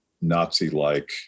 Nazi-like